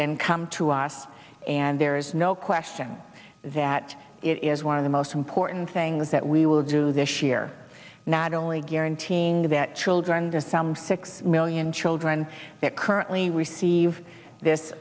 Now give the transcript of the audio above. then come to us and there is no question that it is one of the most important things that we will do this year not only guaranteeing that children to some six million children that currently receive